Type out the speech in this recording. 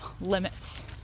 limits